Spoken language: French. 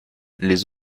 les